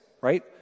right